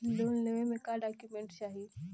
Loan लेवे मे का डॉक्यूमेंट चाही?